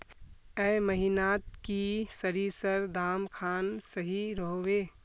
ए महीनात की सरिसर दाम खान सही रोहवे?